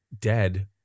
dead